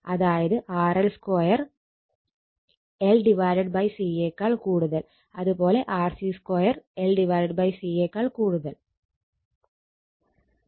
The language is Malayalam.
അതായത് RL 2 L C അത് പോലെ RC2 L C